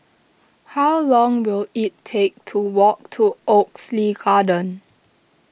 how long will it take to walk to Oxley Garden